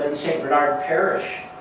in st. bernard parish,